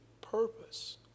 purpose